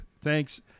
thanks